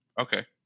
Okay